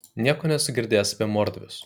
nieko nesu girdėjęs apie mordvius